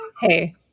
Hey